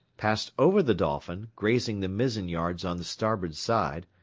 passed over the dolphin, grazing the mizzen-yards on the starboard side,